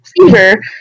fever